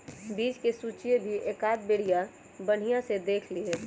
बीज के सूचियो भी एकाद बेरिया बनिहा से देख लीहे